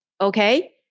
okay